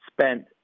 spent